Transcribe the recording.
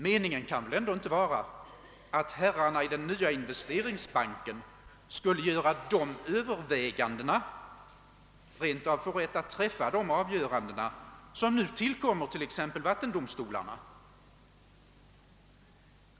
Meningen kan väl ändå inte vara att herrarna i den nya investeringsbanken skulle göra de övervägandena, rent av få rätt att träffa de avgöranden som nu ankommer på t.ex. vattendomstolarna.